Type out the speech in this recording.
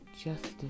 justice